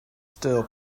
still